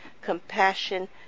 compassion